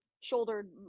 shouldered